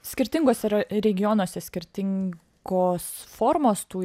skirtinguose ra regionuose skirtingos formos tų